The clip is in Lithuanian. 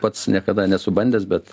pats niekada nesu bandęs bet